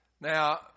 Now